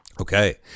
okay